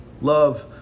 love